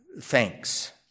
thanks